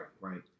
right